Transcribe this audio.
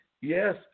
Yes